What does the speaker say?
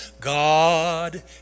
God